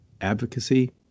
advocacy